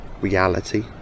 reality